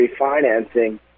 refinancing